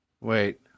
Wait